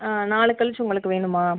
நாளை கழிச்சு உங்களுக்கு வேணுமா